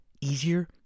easier